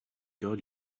god